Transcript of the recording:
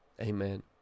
Amen